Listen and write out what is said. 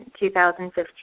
2015